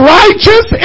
righteous